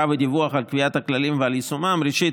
ודיווח על קביעת הכללים ועל יישומם: ראשית,